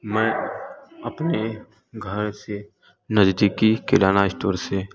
मैं अपने घर से नजदीकी किराना स्टोर से